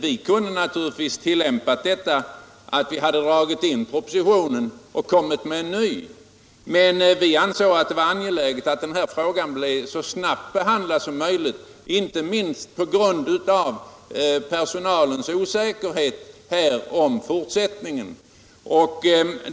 Vi kunde naturligtvis ha tillämpat det förfaringssättet att vi dragit in propositionen och lagt fram en ny. Men vi ansåg det angeläget att den här frågan blev så snabbt behandlad som möjligt — inte minst på grund av personalens osäkerhet om fortsättningen.